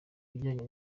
bijyanye